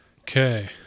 Okay